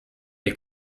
der